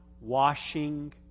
washing